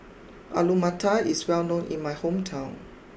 Alu Matar is well known in my hometown